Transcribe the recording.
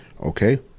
Okay